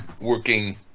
working